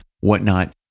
whatnot